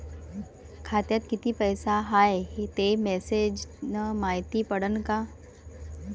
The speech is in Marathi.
खात्यात किती पैसा हाय ते मेसेज न मायती पडन का?